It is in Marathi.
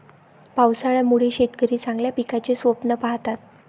पावसाळ्यामुळे शेतकरी चांगल्या पिकाचे स्वप्न पाहतात